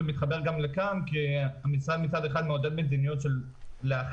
זה מתחבר גם לכאן כי המשרד מצד אחד מעודד מדיניות של איחוד